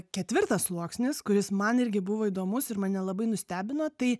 ketvirtas sluoksnis kuris man irgi buvo įdomus ir mane labai nustebino tai